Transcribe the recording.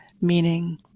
meaning